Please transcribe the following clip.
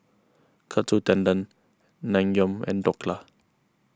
Katsu Tendon Naengmyeon and Dhokla